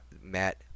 Matt